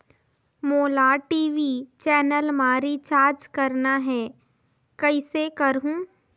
मोला TV channel मा recharge करना हे, कइसे करहुँ?